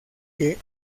que